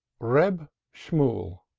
reb shemuel.